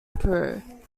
peru